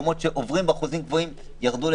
במקומות שעוברים באחוז גבוה ירדו.